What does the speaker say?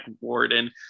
warden